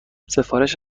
سفارش